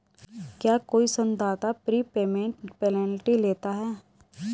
क्या कोई ऋणदाता प्रीपेमेंट पेनल्टी लेता है?